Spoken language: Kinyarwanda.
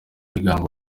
ibigango